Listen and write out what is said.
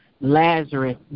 Lazarus